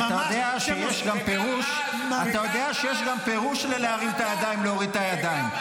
אתה יודע שיש גם פירוש ללהרים את הידיים ולהוריד את הידיים.